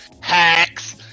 hacks